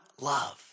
love